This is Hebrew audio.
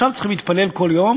הם עכשיו צריכים להתפלל כל יום